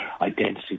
identity